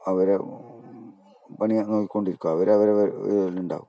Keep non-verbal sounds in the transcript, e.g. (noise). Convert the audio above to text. അവരെ പണി നോക്കി കൊണ്ടിരിക്കും അവരെ അവർ (unintelligible) ഉണ്ടാവും